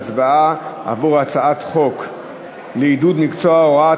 הצבעה עבור הצעת חוק לעידוד מקצוע ההוראה,